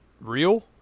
real